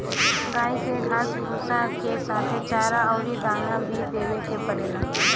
गाई के घास भूसा के साथे चारा अउरी दाना भी देवे के पड़ेला